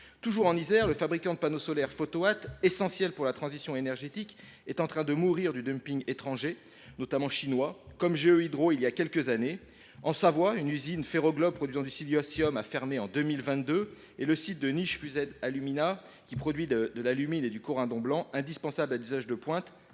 Toujours en Isère, le fabricant de panneaux solaires Photowatt, essentiel pour la transition énergétique, est en train de mourir du dumping étranger, notamment chinois, comme GE Hydro voilà quelques années. En Savoie, une usine Ferroglobe produisant du silicium a fermé en 2022 et le site de Niche Fused Alumina (NFA), qui produit de l’alumine et du corindon blanc, indispensables à des usages de pointe,